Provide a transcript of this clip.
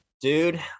dude